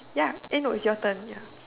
ya eh no it's your turn